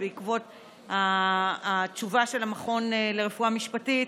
בעקבות התשובה של המכון לרפואה משפטית,